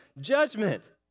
judgment